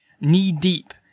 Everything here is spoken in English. knee-deep